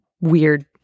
weird